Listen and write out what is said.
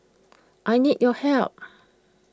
I need your help